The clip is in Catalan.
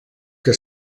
que